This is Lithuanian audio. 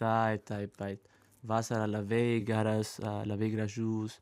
taip taip taip vasarą labai geras labai gražus